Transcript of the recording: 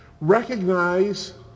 Recognize